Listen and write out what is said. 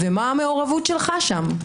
ומה המעורבות שלך שם?